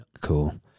Cool